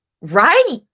Right